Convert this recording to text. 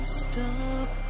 stop